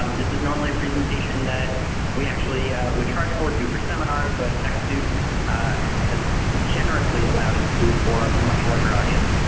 this is normally a presentation that we actually charge for, do for seminars, but techsoup has generously allowed us to do it for um much larger audience.